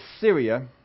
Syria